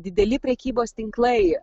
dideli prekybos tinklai